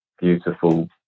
beautiful